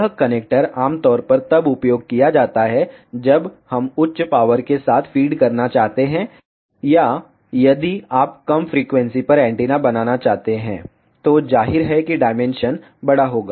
यह कनेक्टर आमतौर पर तब उपयोग किया जाता है जब हम उच्च पावर के साथ फीड करना चाहते हैं या यदि आप कम फ्रीक्वेंसी पर एंटीना बनाना चाहते हैं तो जाहिर है कि डायमेंशन बड़ा होगा